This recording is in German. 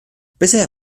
bisher